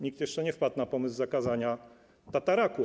Nikt jeszcze nie wpadł na pomysł zakazania tataraku.